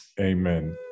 amen